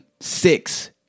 six